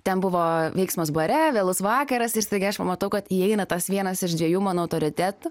ten buvo veiksmas bare vėlus vakaras ir staiga aš pamatau kad įeina tas vienas iš dviejų mano autoritetų